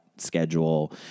schedule